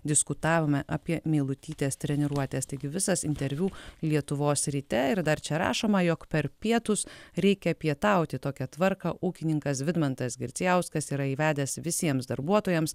diskutavome apie meilutytės treniruotes taigi visas interviu lietuvos ryte ir dar čia rašoma jog per pietus reikia pietauti tokią tvarką ūkininkas vidmantas girdzijauskas yra įvedęs visiems darbuotojams